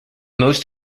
most